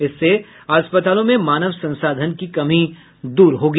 इससे अस्पतालों में मानव संसाधन की कमी दूर होगी